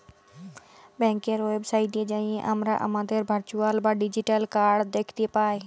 ব্যাংকের ওয়েবসাইটে যাঁয়ে আমরা আমাদের ভারচুয়াল বা ডিজিটাল কাড় দ্যাখতে পায়